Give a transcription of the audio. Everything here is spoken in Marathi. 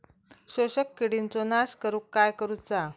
शोषक किडींचो नाश करूक काय करुचा?